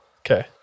Okay